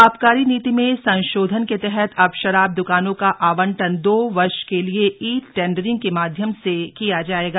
आबकारी नीति में संशोधन के तहत अब शराब दुकानों का आंवटन दो बर्ष के लिए ई टेंडरिंग के माध्यम से किया जायेगा